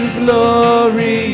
glory